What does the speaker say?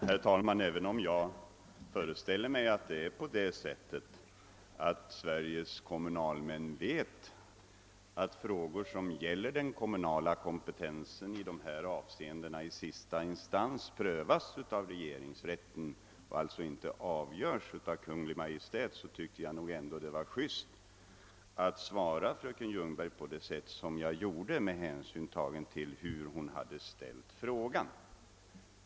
Herr talman! även om jag föreställer mig att Sveriges kommunalmän vet att frågor som gäller den kommunala kompetensen i dessa avseenden i sista instans prövas av regeringsrätten och alltså inte avgörs av Kungl. Maj:t, tycker jag ändå att det var riktigt att svara fröken Ljungberg såsom jag gjorde med hänsyn till det sätt, på vilket hon hade ställt sin fråga.